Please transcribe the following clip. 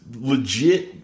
legit